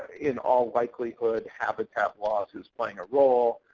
in all likelihood, habitat loss is playing a role.